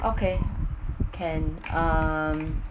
okay okay can um